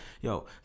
yo